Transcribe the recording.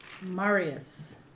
Marius